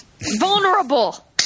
Vulnerable